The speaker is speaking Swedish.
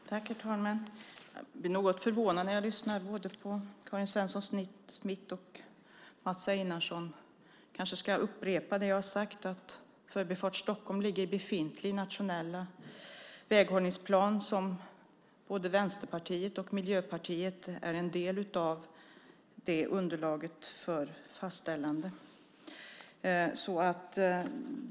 Herr talman! Jag blir något förvånad när jag lyssnar på både Karin Svensson Smith och Mats Einarsson. Jag kanske ska upprepa det jag har sagt. Förbifart Stockholm ligger i den befintliga nationella väghållningsplanen, och både Vänsterpartiet och Miljöpartiet var en del av underlaget vid dess fastställande.